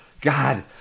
God